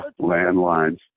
landlines